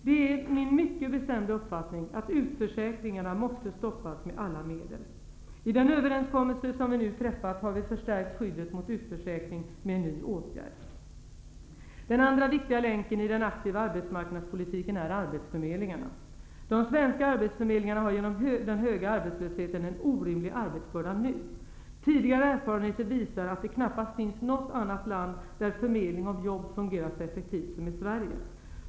Det är min mycket bestämda uppfattning att utförsäkringarna måste stoppas med alla medel. I den överenskommelse som nu träffats har vi förstärkt skyddet mot utförsäkring med en ny åtgärd. Den andra viktiga länken i den aktiva arbetsmarknadspolitiken är arbetsförmedlingarna. De svenska arbetsförmedlingarna har genom den höga arbetslösheten en orimlig arbetsbörda. Tidigare erfarenheter visar att det knappast finns något annat land där förmedling av jobb fungerat så effektivt som i Sverige.